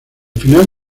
final